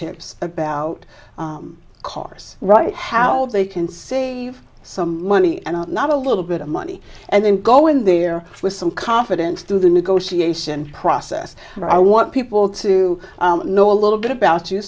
tips about cars right how they can save some money and not a little bit of money and then go in there with some confidence through the negotiation process and i want people to know a little bit about you